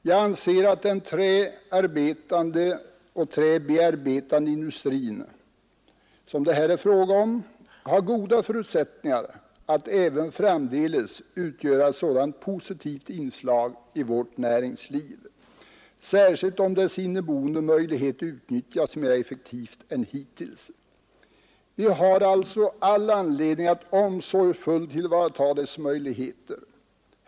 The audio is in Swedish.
Jag anser att den träbearbetande industri som det här är fråga om har goda förutsättningar att även framdeles utgöra ett sådant positivt inslag i vårt näringsliv, särskilt om dess inneboende möjligheter utnyttjas mer effektivt än hittills. Vi har alltså all anledning att omsorgsfullt tillvarataga dess möjligheter.